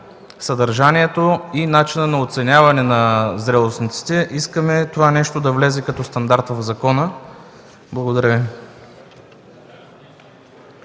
съдържанието и начина на оценяване на зрелостниците. Искаме това нещо да влезе като стандарт в закона. Благодаря Ви.